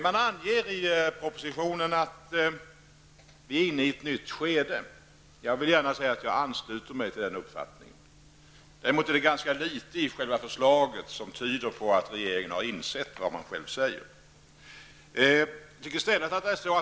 Man anger i propositionen att vi är inne i ett nytt skede. Jag ansluter mig till den uppfattningen. Det är däremot ganska litet i själva förslaget som tyder på att regeringen har insett vad man själv säger.